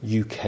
UK